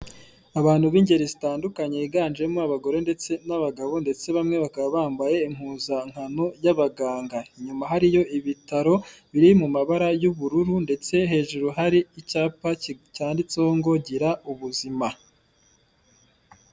Abantu b'ingeri zitandukanye biganjemo abagore ndetse n'abagabo ndetse bamwe bakaba bambaye impuzankano y'abaganga, inyuma hariyo ibitaro biri mu mabara y'ubururu ndetse hejuru hari icyapa cyanditseho ngo gira ubuzima.